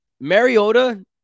Mariota